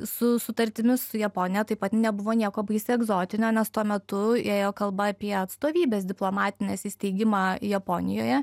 su sutartimi su japonija taip pat nebuvo nieko baisiai egzotinio nes tuo metu ėjo kalba apie atstovybės diplomatinės įsteigimą japonijoje